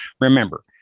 Remember